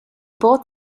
bought